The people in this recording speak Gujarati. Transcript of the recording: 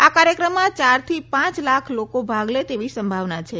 આ કાર્યક્રમમાં ચારથી પાંચ લાખ લોકો ભાગ લે તેવી સંભાવના છે